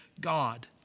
God